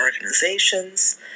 organizations